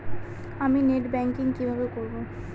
আমি net banking কিভাবে করব?